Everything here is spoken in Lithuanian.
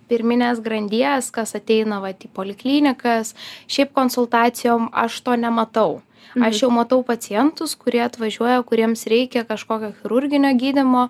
pirminės grandies kas ateina vat į poliklinikas šiaip konsultacijom aš to nematau aš jau matau pacientus kurie atvažiuoja kuriems reikia kažkokio chirurginio gydymo